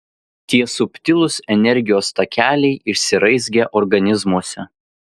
tie subtilūs energijos takeliai išsiraizgę organizmuose